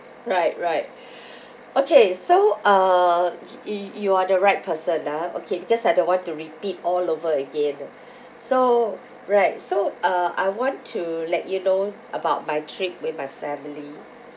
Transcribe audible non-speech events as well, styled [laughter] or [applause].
right right [breath] okay so uh you you are the right person ah okay because I don't want to repeat all over again [breath] so right so uh I want to let you know about my trip with my family